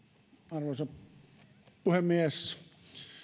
arvoisa puhemies